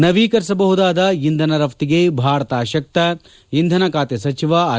ನವೀಕರಿಸಬಹುದಾದ ಇಂಧನ ರಫ್ಟಿಗೆ ಭಾರತ ಶಕ್ತ ಇಂಧನ ಖಾತೆ ಸಚಿವ ಆರ್